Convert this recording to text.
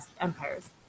empires